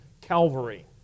Calvary